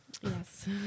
Yes